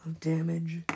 damage